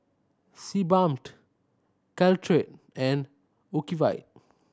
Sebamed Caltrate and Ocuvite